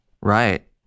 Right